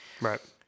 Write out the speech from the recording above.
Right